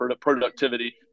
productivity